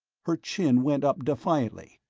her chin went up, defiantly.